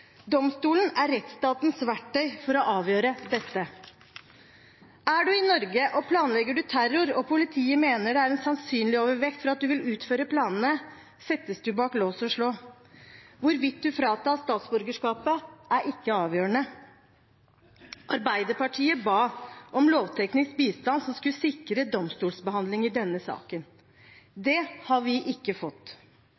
Domstolen er rettsstatens verktøy for å avgjøre dette. Er du i Norge og planlegger terror, og politiet mener det er en sannsynlighetsovervekt for at du vil gjennomføre planene, settes du bak lås og slå. Hvorvidt du fratas statsborgerskapet, er ikke avgjørende. Arbeiderpartiet ba om lovteknisk bistand som skulle sikre domstolsbehandling i denne saken.